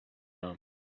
now